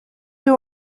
deux